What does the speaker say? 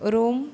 Rome